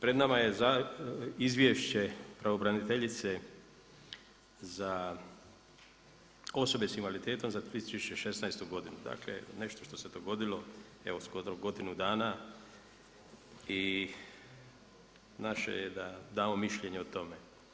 Pred nama je izvješće pravobraniteljice za osobe sa invaliditetom za 2016. godinu, dakle nešto što se dogodilo evo skoro godinu dana i naše je da damo mišljenje o tome.